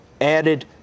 added